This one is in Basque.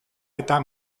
eta